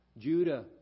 Judah